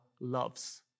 loves